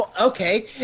okay